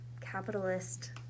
capitalist